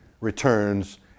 returns